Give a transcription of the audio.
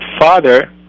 father